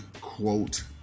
quote